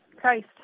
Christ